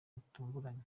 butunguranye